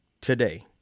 today